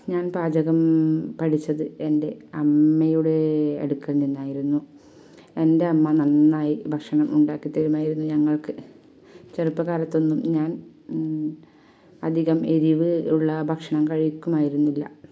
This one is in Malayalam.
ഞാൻ പാചകം പഠിച്ചത് എൻ്റെ അമ്മയുടെ അടുക്കൽ നിന്നായിരുന്നു എൻ്റെ അമ്മ നന്നായി ഭക്ഷണം ഉണ്ടാക്കിത്തരുമായിരുന്നു ഞങ്ങൾക്ക് ചെറുപ്പകാലത്തൊന്നും ഞാൻ അധികം എരിവ് ഉള്ള ഭക്ഷണം കഴിക്കുമായിരുന്നില്ല